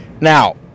Now